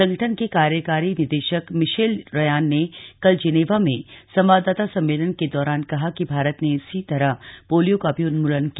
संगठन के कार्यकारी निदेशक मिशेल रयान ने कल जिनेवा में संवाददाता सम्मेलन के दौरान कहा कि भारत ने इसी तरह पोलिया का भी उन्मूलन किया